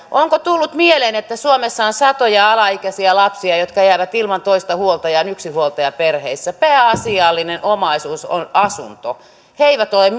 onko tullut mieleen että suomessa on satoja alaikäisiä lapsia jotka jäävät ilman toista huoltajaa yksinhuoltajaperheissä pääasiallinen omaisuus on asunto he eivät ole